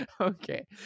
Okay